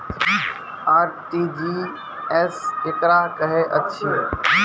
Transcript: RTGS केकरा कहैत अछि?